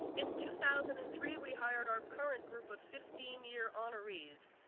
in two thousand and three we hired our current group of fifteen year honorees.